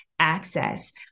Access